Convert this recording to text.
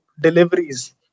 deliveries